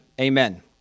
Amen